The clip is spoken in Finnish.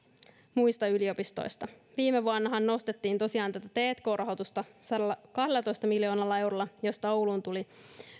muista yliopistoista viime vuonnahan nostettiin tosiaan tätä tk rahoitusta sadallakahdellatoista miljoonalla eurolla josta ouluun tuli